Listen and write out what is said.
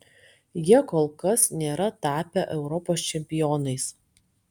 jie kol kas nėra tapę europos čempionais